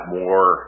more